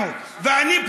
אני אגיד את זה.